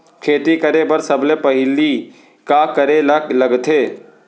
खेती करे बर सबले पहिली का करे ला लगथे?